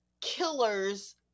killers